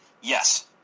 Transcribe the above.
yes